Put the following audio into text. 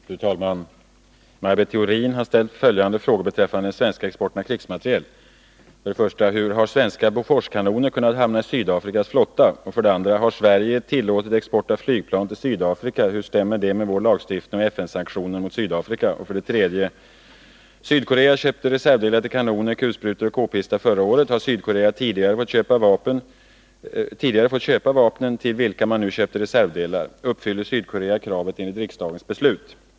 Fru talman! Maj Britt Theorin har ställt följande frågor beträffande den svenska exporten av krigsmateriel: 1. Hur har svenska Boforskanoner kunnat hamna i Sydafrikas flotta? 2. Har Sverige tillåtit export av flygplan till Sydafrika? Hur stämmer det med vår lagstiftning och FN-sanktionen mot Sydafrika? 3. Sydkorea köpte reservdelar till kanoner, kulsprutor och k-pistar förra året. Har Sydkorea tidigare fått köpa vapnen, till vilka man nu köpte reservdelar? Uppfyller Sydkorea kravet enligt riksdagens beslut?